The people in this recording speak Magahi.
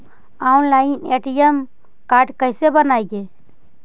ऑनलाइन ए.टी.एम कार्ड कैसे बनाई?